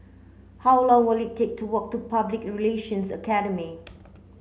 how long will it take to walk to Public Relations Academy